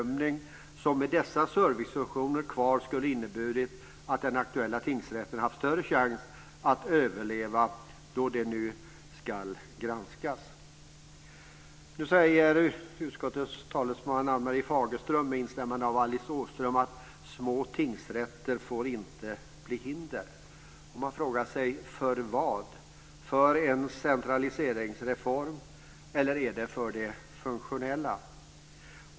Med dessa servicefunktioner kvar skulle den aktuella tingsrätten ha större chans att överleva då det nu ska ske en granskning. Nu säger utskottets talesman Ann-Marie Fagerström, med instämmande av Alice Åström, att små tingsrätter inte får bli hinder. Man frågar sig: För vad? Är det för en decentraliseringsreform eller är det för det funktionella?